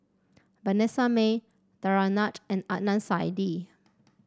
Vanessa Mae Danaraj and Adnan Saidi